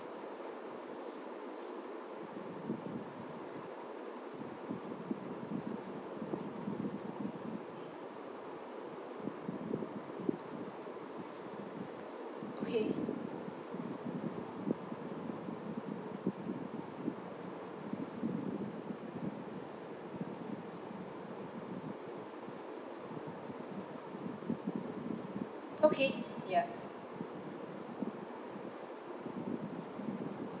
okay okay ya